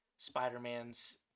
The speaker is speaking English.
Spider-Man's